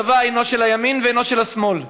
הצבא אינו של הימין ואינו של השמאל.